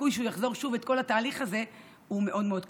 הסיכוי שהוא יחזור שוב לכל התהליך הזה הוא מאוד מאוד קטן.